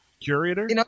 Curator